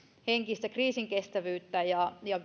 henkistä kriisinkestävyyttämme ja ja